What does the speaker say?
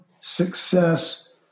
success